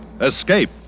escape